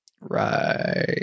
Right